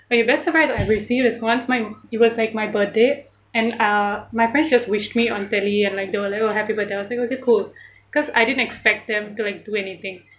okay best surprise I received was once my it was like my birthday and uh my friends just wished me on tele and like though then like happy birthday then I was like okay cool because I didn't expect them to like do anything